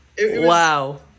wow